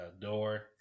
door